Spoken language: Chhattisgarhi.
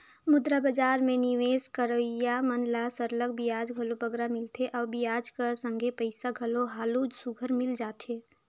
मुद्रा बजार में निवेस करोइया मन ल सरलग बियाज घलो बगरा मिलथे अउ बियाज कर संघे पइसा घलो हालु सुग्घर मिल जाथे